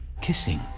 kissing